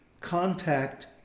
contact